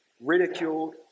ridiculed